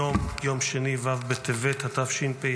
היום יום שני ו' בטבת התשפ"ה,